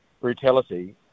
brutality